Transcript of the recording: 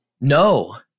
No